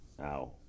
Ow